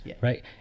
Right